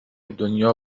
دنیا